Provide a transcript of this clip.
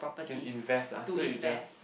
can invest ah so you just